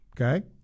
okay